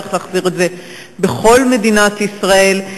צריך להחזיר את זה בכל מדינת ישראל.